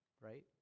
right